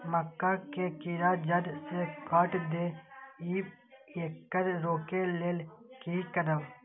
मक्का के कीरा जड़ से काट देय ईय येकर रोके लेल की करब?